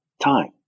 time